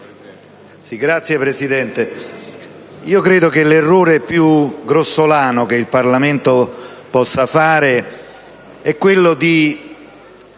Signor Presidente, credo che l'errore più grossolano che il Parlamento possa fare è quello di